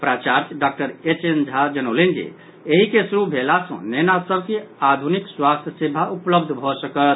प्राचार्य doctor H N Jha जनौलनि जे एहि के शुरू भेला सँ नेना सभ के आधुनिक स्वास्थ्य सेवा उपलब्ध भऽ सकत